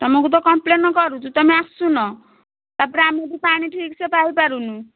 ତୁମକୁ ତ କମ୍ପ୍ଲେନ କରୁଛୁ ତୁମେ ଆସୁନ ତା'ପରେ ଆମେବି ପାଣି ଠିକ ସେ ପାଇପାରୁନୁ